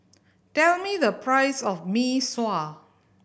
tell me the price of Mee Sua